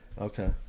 Okay